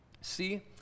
See